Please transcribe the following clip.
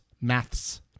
Maths